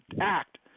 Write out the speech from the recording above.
act